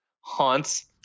haunts